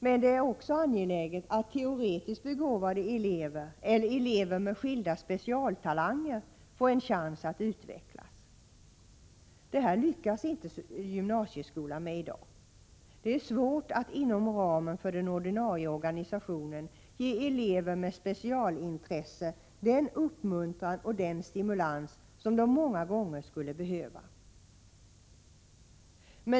Men det är också angeläget att teoretiskt begåvade elever eller elever med skilda specialtalanger får en chans att utvecklas. Detta lyckas inte gymnasieskolan med i dag. Det är svårt att inom ramen för ordinarie organisation ge elever med specialintressen den uppmuntran och den stimulans som de många gånger skulle behöva.